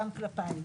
גם כלפייך.